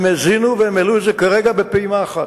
הם האזינו והעלו את זה כרגע בפעימה אחת.